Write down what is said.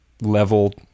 level